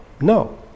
No